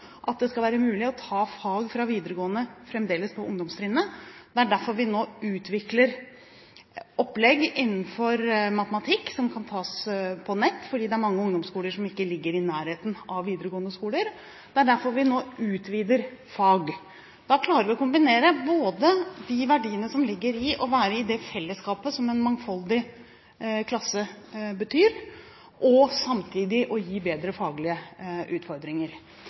skal være mulig å ta fag fra videregående på ungdomstrinnet. Det er derfor vi nå utvikler opplegg i matematikk som kan tas på nettet, fordi det er mange ungdomsskoler som ikke ligger i nærheten av videregående skoler. Det er derfor vi nå utvider fag. Da klarer vi å kombinere de verdiene som ligger i å være i det fellesskapet som en mangfoldig klasse betyr, og det å gi bedre faglige utfordringer.